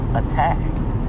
attacked